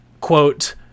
quote